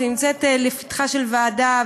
לפתחה של ועדה,